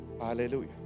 Hallelujah